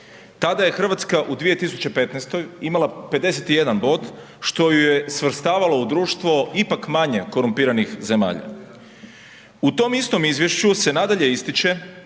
Tada je Hrvatska u 2015. imala 51 bod što ju je svrstavalo u društvo ipak manje korumpiranih zemalja. U tom istom izvješću se nadalje ističe